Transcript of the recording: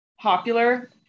popular